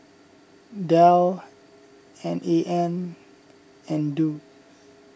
Dell N A N and Doux